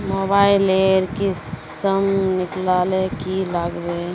Mobile लेर किसम निकलाले की लागबे?